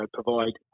provide